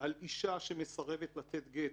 על אישה שמסרבת לתת גט,